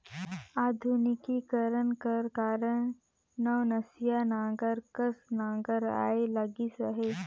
आधुनिकीकरन कर कारन नवनसिया नांगर कस नागर आए लगिस अहे